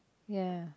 ya